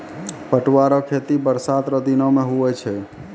पटुआ रो खेती बरसात रो दिनो मे हुवै छै